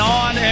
on